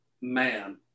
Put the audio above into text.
man